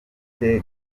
mfite